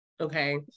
okay